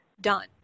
done